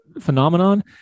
phenomenon